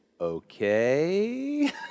okay